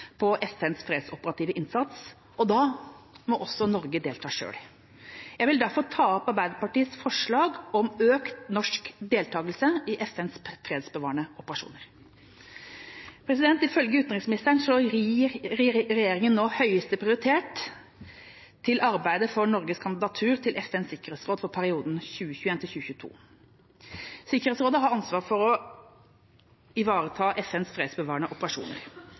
på FNs fredsoperative innsats – og da må også Norge delta selv. Jeg vil derfor ta opp Arbeiderpartiets forslag om økt norsk deltakelse i FNs fredsbevarende operasjoner. Ifølge utenriksministeren gir regjeringa nå høyeste prioritet til arbeidet for Norges kandidatur til FNs sikkerhetsråd for perioden 2021–2022. Sikkerhetsrådet har ansvar for å ivareta FNs fredsbevarende operasjoner.